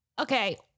Okay